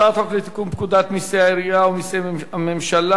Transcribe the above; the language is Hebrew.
הצעת חוק לתיקון פקודת מסי העירייה ומסי הממשלה